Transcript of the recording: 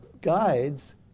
guides